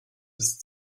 ist